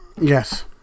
Yes